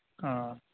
ᱚ